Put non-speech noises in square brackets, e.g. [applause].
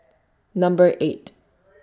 [noise] Number eighth